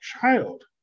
child